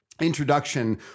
introduction